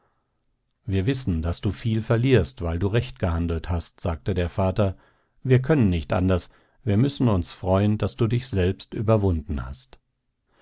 wir wissen daß du viel verlierst weil du recht gehandelt hast sagte der vater wir können nicht anders wir müssen uns freuen daß du dich selbst überwunden hast